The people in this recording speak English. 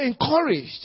encouraged